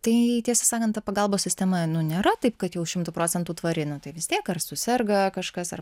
tai tiesą sakant ta pagalbos sistema nu nėra taip kad jau šimtu procentų tvari nu tai vis tiek ar suserga kažkas ar